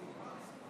ראשית,